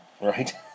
Right